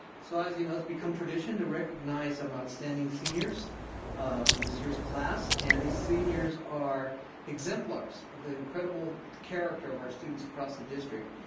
so as you know, it's become tradition to recognize some outstanding seniors from this year's class. and these seniors are exemplars of the incredible character of our students across the district.